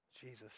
Jesus